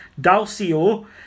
Dalcio